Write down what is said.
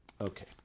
Okay